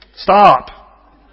Stop